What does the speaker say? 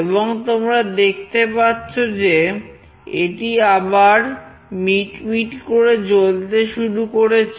এবং তোমরা দেখতে পাচ্ছ যে এটি আবার মিটমিট করে জ্বলতে শুরু করেছে